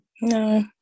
no